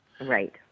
Right